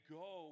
go